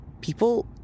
People